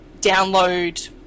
download